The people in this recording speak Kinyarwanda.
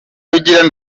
rugira